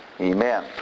Amen